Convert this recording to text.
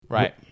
Right